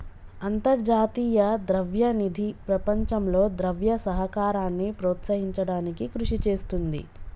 అంతర్జాతీయ ద్రవ్య నిధి ప్రపంచంలో ద్రవ్య సహకారాన్ని ప్రోత్సహించడానికి కృషి చేస్తుంది